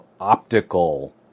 optical